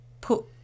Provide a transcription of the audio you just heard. put